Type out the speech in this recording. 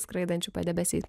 skraidančių padebesiais